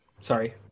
Sorry